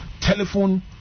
telephone